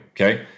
okay